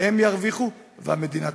הם ירוויחו והמדינה תרוויח.